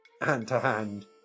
hand-to-hand